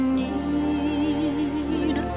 need